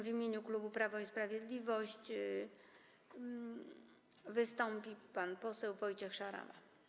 W imieniu klubu Prawo i Sprawiedliwość wystąpi pan poseł Wojciech Szarama.